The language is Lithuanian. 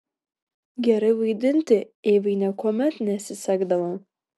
gerai vaidinti eivai niekuomet nesisekdavo